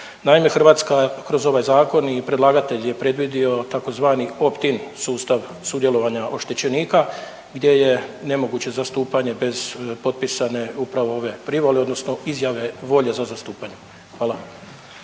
Naime, Hrvatska kroz ovaj zakon i predlagatelj je predvidio tzv. …/Govornik se ne razumije./… sustav sudjelovanja oštećenika, gdje je nemoguće zastupanje bez potpisane upravo ove privole, odnosno izjave volje za zastupanje. Hvala.